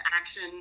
action